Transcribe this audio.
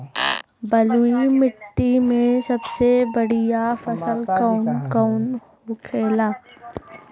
बलुई मिट्टी में सबसे बढ़ियां फसल कौन कौन होखेला?